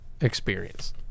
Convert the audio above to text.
experience